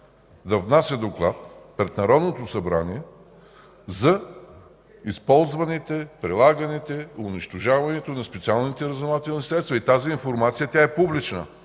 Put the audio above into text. да внася доклад пред Народното събрание за използваните, прилаганите и унищожаването на специалните разузнавателни средства. Тази информация е публична